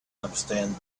understand